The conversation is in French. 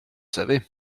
savez